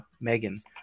Megan